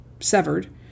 severed